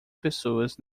pessoas